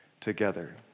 together